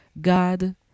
God